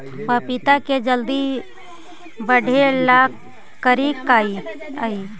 पपिता के जल्दी बढ़े ल का करिअई?